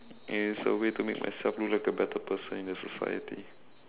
and it's a way to make myself look like a better person in the society